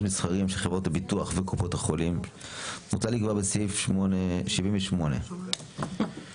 מסחריים של חברות הביטוח וקופות החולים מוצע לקבוע בסעיף 78 כי כל